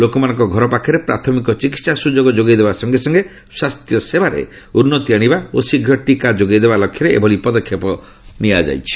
ଲୋକମାନଙ୍କ ଘର ପାଖରେ ପ୍ରାଥମିକ ଚିକିତ୍ସା ସୁଯୋଗ ଯୋଗାଇ ଦେବା ସଙ୍ଗେ ସଙ୍ଗେ ସ୍ୱାସ୍ଥ୍ୟ ସେବାରେ ଉନ୍ନତି ଆଣିବା ଓ ଶୀଘ୍ର ଟିକା ଯୋଗାଇ ଦେବା ଲକ୍ଷ୍ୟରେ ଏଭଳି ପଦକ୍ଷେପ ନିଆଯାଇଛି